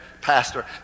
pastor